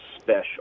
special